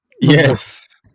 Yes